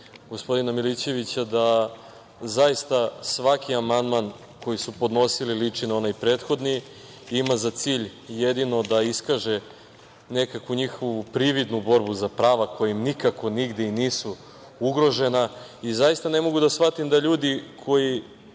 gospodina Milićevića, da zaista svaki amandman koji su podnosili liči na onaj prethodni i ima za cilj jedino da iskaže nekakvu njihovu prividnu borbu za prava, koja im nikako nigde i nisu ugrožena. Zaista ne mogu da shvatim da ljudi koji